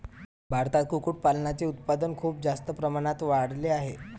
भारतात कुक्कुटपालनाचे उत्पादन खूप जास्त प्रमाणात वाढले आहे